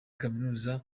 kaminuza